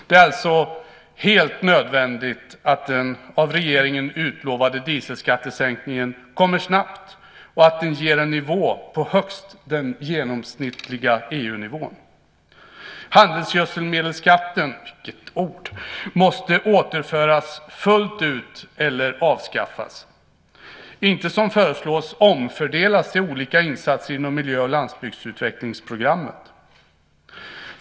Det är alltså helt nödvändigt att den av regeringen utlovade dieselskattesänkningen kommer snabbt och att den ger en nivå på högst den genomsnittliga EU-nivån. Handelsgödselmedelsskatten måste återföras fullt ut eller avskaffas och inte, som föreslås, omfördelas till olika insatser inom miljö och landsbygdsutvecklingsprogrammet.